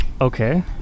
Okay